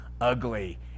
ugly